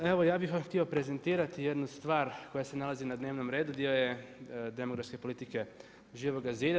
Evo ja bih vam htio prezentirati jednu stvar koja se nalazi na dnevnom redu, dio je demografske politike Živoga zida.